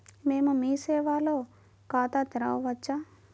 మేము మీ సేవలో ఖాతా తెరవవచ్చా?